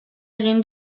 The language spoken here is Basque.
egin